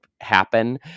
happen